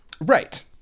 Right